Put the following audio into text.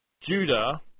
Judah